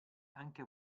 anche